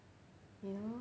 you know